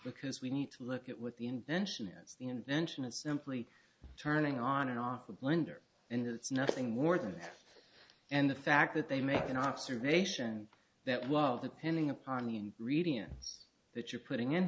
because we need to look at what the invention hence the invention is simply turning on and off a blender and it's nothing more than that and the fact that they make an observation that while the pinning upon the ingredients that you're putting in